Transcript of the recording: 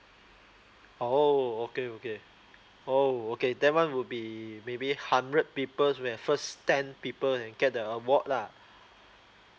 oh okay okay oh okay that one will be maybe hundred people where first ten people will get the award lah